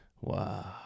wow